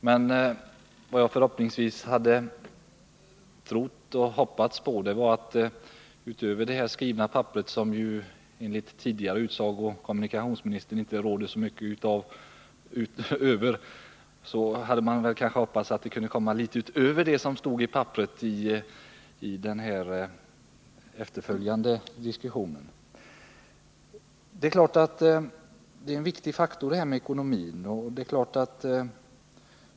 Men vad jag har trott och hoppats på var att utöver det som stod i det skrivna papperet, som ju enligt tidigare utsago kommunikationsministern inte råder så mycket över, skulle det komma litet mer i den efterföljande diskussionen. Det är klart att ekonomin är en betydelsefull faktor.